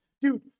Dude